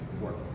work